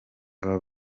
aba